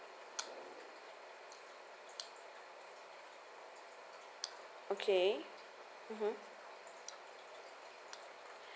okay mmhmm